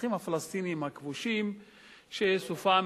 השטחים הפלסטיניים הכבושים שסופם